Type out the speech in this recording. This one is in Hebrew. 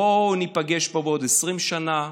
בואו ניפגש פה בעוד 20 שנה,